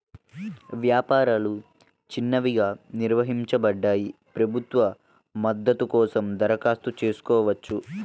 వ్యాపారాలు చిన్నవిగా నిర్వచించబడ్డాయి, ప్రభుత్వ మద్దతు కోసం దరఖాస్తు చేసుకోవచ్చు